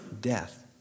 death